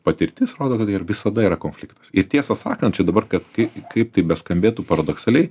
patirtis rodo kad ir visada yra konfliktas ir tiesą sakant čia dabar kad kai kaip tai beskambėtų paradoksaliai